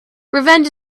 revenge